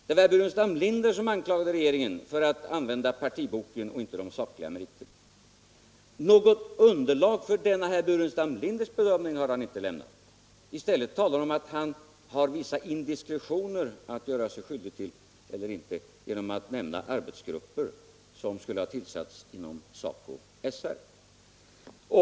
Det var herr Burenstam Linder som anklagade regeringen för att använda partiboken och inte de sakliga meriterna. Något underlag för denna sin bedömning har han inte lämnat. 1 stället säger han att han har gjort sig skyldig till vissa indiskretioner genom att nämna en arbetsgrupp som skulle ha tillsatts inom SACO/SR.